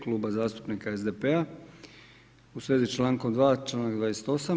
Kluba zastupnika SDP-a u svezi s člankom 2., članak 28.